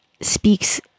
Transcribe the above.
speaks